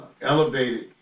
elevated